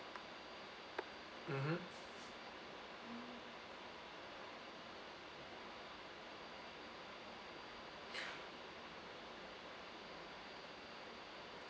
mmhmm